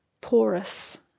porous